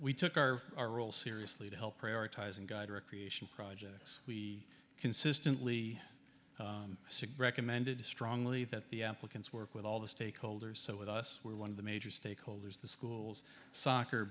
we took our our role seriously to help prioritize and guide recreation projects we consistently sic breck amended to strongly that the applicants work with all the stakeholders so with us we're one of the major stakeholders the schools soccer